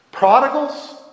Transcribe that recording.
prodigals